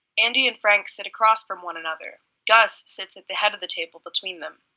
andy and frank sit across from one another gus sits at the head of the table, between them.